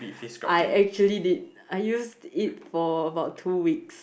I actually did I used it for about two weeks